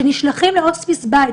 שנשלחים להוספיס בית,